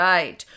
Right